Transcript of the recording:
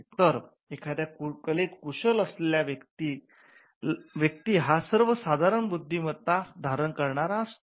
तर एखाद्या कलेत कुशल असलेला व्यक्ती हा सर्व साधारण बुद्धिमत्ता धारण करणारा व्यक्ती असतो